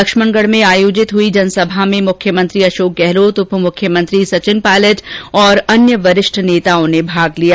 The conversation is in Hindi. लक्ष्मणगढ में आयोजित हुई जनसभा में मुख्यमंत्री अशोक गहलोत उप मुख्यमंत्री सचिन पायलट सहित अन्य वरिष्ठ नेताओ ने भाग लिया